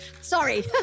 Sorry